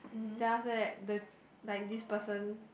then after that the like this person